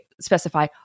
specify